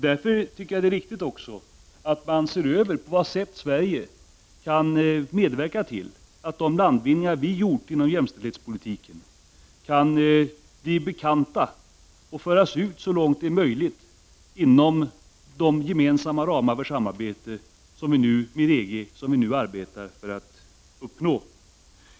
Därför tycker jag också att det är viktigt att man ser över på vad sätt Sverige kan medverka till att de landvinningar som vi gjort inom jämställdhetspolitiken kan bli bekanta och så långt möjligt föras ut inom de gemensamma ramar för samarbete med EG som vi nu arbetar för att uppnå.